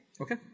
Okay